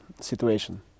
situation